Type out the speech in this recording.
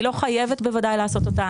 היא לא חייבת בוודאי לעשות אותה,